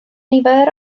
nifer